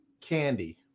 candy